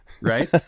right